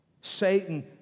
Satan